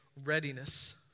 readiness